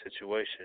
situation